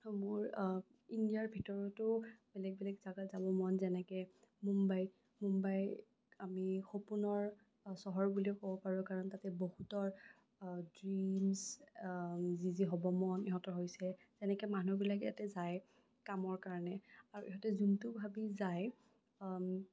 মোৰ ইণ্ডিয়াৰ ভিতৰতো বেলেগ বেলেগ জেগাত যাব মন যেনেকে মুম্বাই মুম্বাইৰ আমি সপোনৰ চহৰ বুলিও ক'ব পাৰোঁ কাৰণ তাতে বহুতৰ ড্ৰীমচ যি যি হ'বৰ মন সিহঁতৰ হৈছে সেনেকে মানুহবিলাকে ইয়াতে যায় কামৰ কাৰণে আৰু সিহঁতে যোনটো ভাৱি যায়